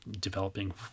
developing